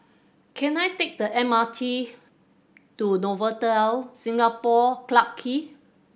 can I take the M R T to Novotel Singapore Clarke Quay